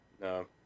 No